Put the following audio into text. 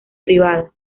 privadas